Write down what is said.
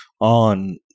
on